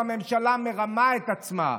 הממשלה מרמה את עצמה.